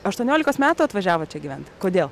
aštuoniolikos metų atvažiavot čia gyvent kodėl